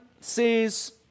says